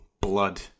blood